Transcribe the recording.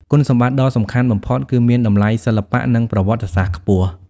គុណសម្បត្តិដ៏សំខាន់បំផុតគឺមានតម្លៃសិល្បៈនិងប្រវត្តិសាស្ត្រខ្ពស់។